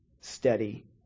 steady